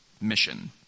mission